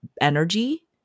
energy